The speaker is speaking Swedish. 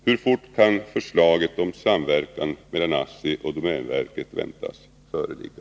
Hur fort kan förslaget om samverkan mellan ASSI och domänverket väntas föreligga?